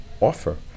offer